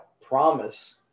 promise